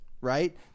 right